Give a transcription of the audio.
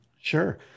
Sure